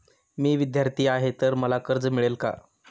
मी विद्यार्थी आहे तर मला कर्ज मिळेल का?